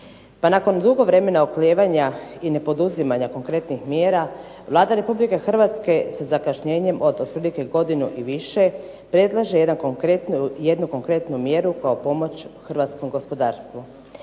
Pa nakon dugo vremena oklijevanja i nepoduzimanja konkretnih mjera Vlada Republike Hrvatske sa zakašnjenjem od otprilike godinu i više predlaže jednu konkretnu mjeru kao pomoć hrvatskom gospodarstvu.